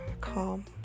calm